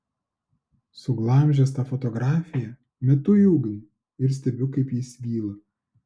suglamžęs tą fotografiją metu į ugnį ir stebiu kaip ji svyla